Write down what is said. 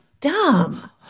Dumb